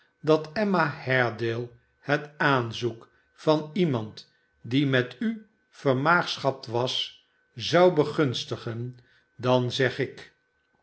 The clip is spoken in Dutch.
dat emma haredale het aanzoek van iemand die met u yermaagschapt was zou begunstigen dan zeg ik